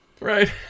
right